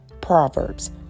Proverbs